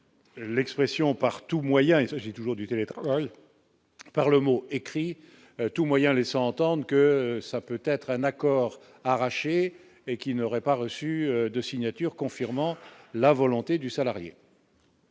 l'expression par tout moyen et j'ai toujours du télétravail. Par le mot écrit tout moyen, laissant entendre que ça peut-être un accord arraché et qui n'aurait pas reçu de signatures, confirmant la volonté du salarié.